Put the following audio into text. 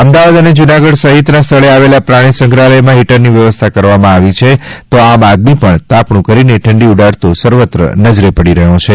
અમદાવાદ અને જુનાગઢ સહિત ના સ્થળે આવેલા પ્રાણી સંગ્રહાલયમાં હિટરની વ્યવસ્થા કરવામાં આવી છે તો આમ આદમી પણ તાપણું કરીને ઠંડી ઉડાડતો સર્વત્ર નજરે પડે છે